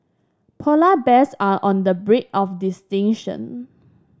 polar bears are on the brink of